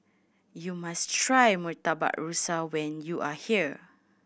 you must try Murtabak Rusa when you are here